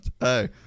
hey